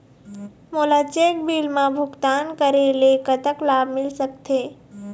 मोला cheque bill मा भुगतान करेले कतक लाभ मिल सकथे?